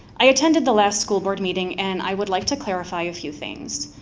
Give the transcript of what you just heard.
i attended the last school board meeting and i would like to clarify a few things.